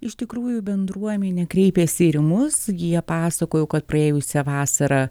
iš tikrųjų bendruomenė kreipėsi ir į mus jie pasakojo kad praėjusią vasarą